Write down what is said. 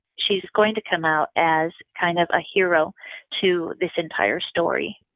she's going to come out as kind of a hero to this entire story.